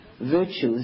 virtues